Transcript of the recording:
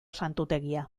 santutegia